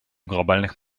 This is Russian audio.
глобальных